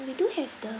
we do have the